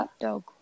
dog